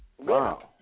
Wow